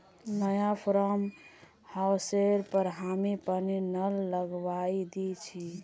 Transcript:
नया फार्म हाउसेर पर हामी पानीर नल लगवइ दिल छि